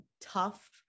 tough